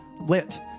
lit